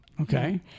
Okay